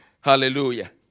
Hallelujah